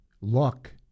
luck